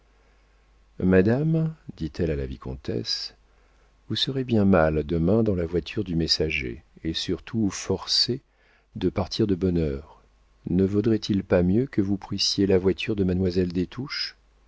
madame dit-elle à la vicomtesse vous serez bien mal demain dans la voiture du messager et surtout forcée de partir de bonne heure ne vaudrait-il pas mieux que vous prissiez la voiture de mademoiselle